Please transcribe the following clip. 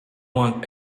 want